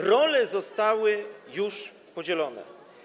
Role zostały już podzielone.